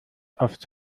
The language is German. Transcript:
aufs